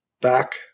back